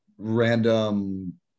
random